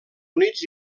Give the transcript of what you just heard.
units